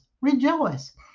Rejoice